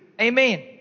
Amen